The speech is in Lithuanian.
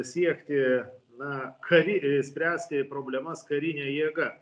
siekti na kari spręsti problemas karine jėga